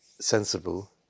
sensible